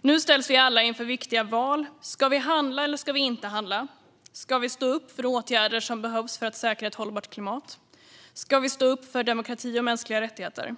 Nu ställs vi alla inför viktiga val: Ska vi handla, eller ska vi inte handla? Ska vi stå upp för åtgärder som behövs för att säkra ett hållbart klimat? Ska vi stå upp för demokrati och mänskliga rättigheter?